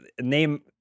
name